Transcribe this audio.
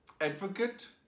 advocate